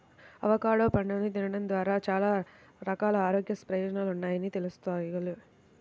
avocado పండుని తినడం ద్వారా చాలా రకాల ఆరోగ్య ప్రయోజనాలున్నాయని తెల్సుకోవాలి